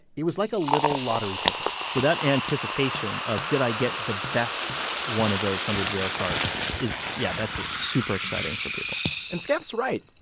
it was like a little lottery ticket so that anticipation of, did i get the best one of those hundred rare cards, is yeah, that's super exciting for people and skaff's right.